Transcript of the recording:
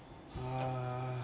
uh